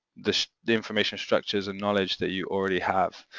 the the information structures and knowledge that you already have.